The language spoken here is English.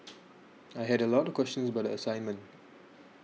I had a lot of questions about the assignment